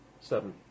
Seven